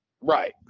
right